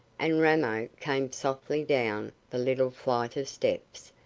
and ramo came softly down the little flight of steps,